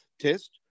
test